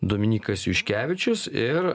dominykas juškevičius ir